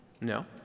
No